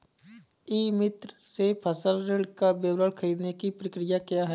ई मित्र से फसल ऋण का विवरण ख़रीदने की प्रक्रिया क्या है?